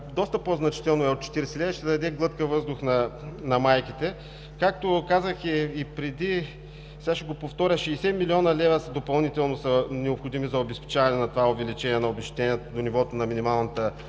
доста по-значително от 40 лв., ще даде глътка въздух на майките. Както казах и преди, сега ще го повторя – 60 млн. лв. допълнително са необходими за обезпечаване на това увеличение на обезщетението до нивото на минималната